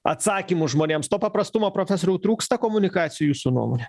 atsakymų žmonėms to paprastumo profesoriau trūksta komunikacijoj jūsų nuomone